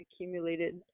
accumulated